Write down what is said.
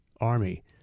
Army